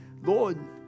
Lord